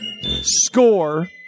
score